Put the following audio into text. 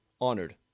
honored